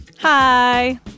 Hi